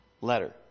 letter